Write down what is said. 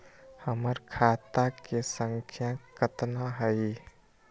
हमर खाता के सांख्या कतना हई?